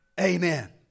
Amen